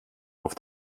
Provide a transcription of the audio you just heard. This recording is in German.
auf